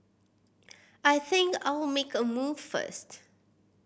I think I'll make a move first